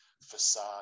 facade